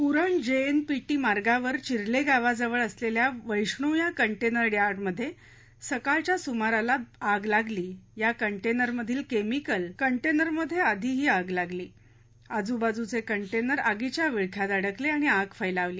Uran J N P T मार्गावर चिलें गावाजवळ असलेल्या वेष्णो या कंटेनर यार्ड मध्ये सकाळच्या सुमाराला भीषण आग लागली या कंटेनर मधील केमिकल कंटेनरमध्ये आधी ही आग लागली आजूबाजूचे कंटेनर आगीच्या विळख्यात अडकले आणि आग फैलावली